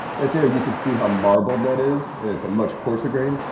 right there you can see how marbled that is, and it's a much coarser grain.